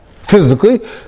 physically